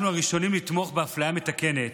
אנחנו הראשונים לתמוך באפליה מתקנת.